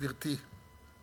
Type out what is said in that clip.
גברתי,